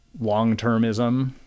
long-termism